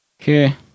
Okay